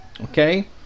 okay